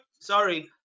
sorry